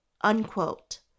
Unquote